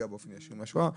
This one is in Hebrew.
ישיר מהשואה,